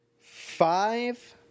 Five